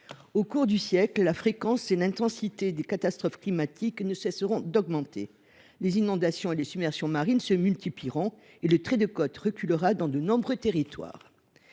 Au cours du siècle à venir, la fréquence et l’intensité des catastrophes climatiques ne cesseront d’augmenter. Les inondations et submersions marines se multiplieront et le trait de côte reculera dans de nombreux territoires.